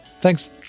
Thanks